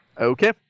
Okay